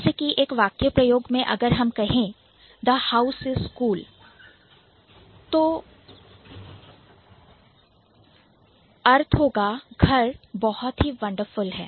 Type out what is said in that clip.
जैसे कि वाक्य प्रयोग में अगर हम कहें The house is Cool the house is cool तो होंगे कि घर बहुत ही wonderful वंडरफुल है